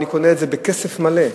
אני קונה את זה בכסף מלא,